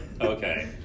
Okay